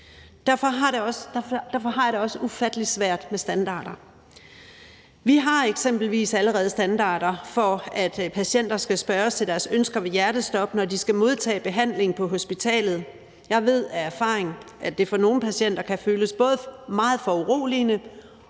Derfor har jeg det også ufattelig svært med standarder. Vi har eksempelvis allerede standarder for, at patienter skal spørges til deres ønsker ved hjertestop, når de skal modtage behandling på hospitalet. Jeg ved af erfaring, at det for nogle patienter kan føles både meget foruroligende